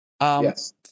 Yes